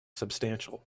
substantial